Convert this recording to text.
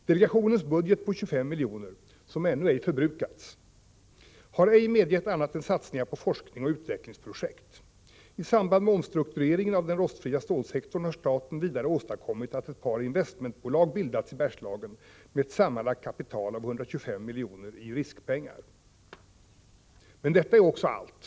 Delegationens budget på 25 miljoner — som ännu ej förbrukats — har ej medgett annat än satsningar på forskning och utvecklingsprojekt. I samband med omstruktureringen av sektorn för rostfritt stål har staten vidare åstadkommit att ett par investmentbolag bildats i Bergslagen med ett sammanlagt kapital av 125 miljoner i riskpengar. Men detta är också allt.